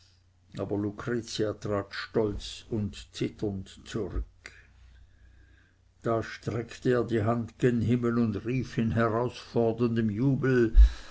aber lucretia trat stolz und zitternd zurück da streckte er die hand gen himmel und rief in herausforderndem jubel